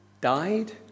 died